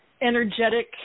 energetic